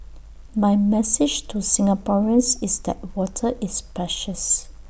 my message to Singaporeans is that water is precious